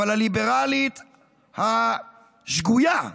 אבל הליברלית השגויה,